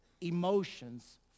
emotions